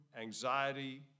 anxiety